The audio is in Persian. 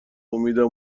امیدم